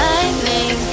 Lightning